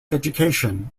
education